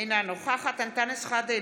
אינה נוכחת אנטאנס שחאדה,